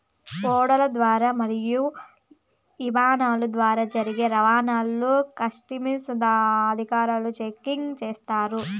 ఓడల ద్వారా మరియు ఇమానాల ద్వారా జరిగే రవాణాను కస్టమ్స్ అధికారులు చెకింగ్ చేస్తుంటారు